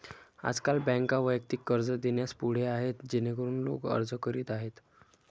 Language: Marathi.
आजकाल बँका वैयक्तिक कर्ज देण्यास पुढे आहेत जेणेकरून लोक अर्ज करीत आहेत